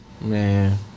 Man